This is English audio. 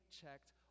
checked